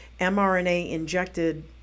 mRNA-injected